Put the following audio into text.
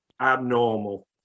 abnormal